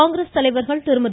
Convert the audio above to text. காங்கிரஸ் தலைவா்கள் திருமதி